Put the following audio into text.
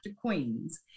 Queens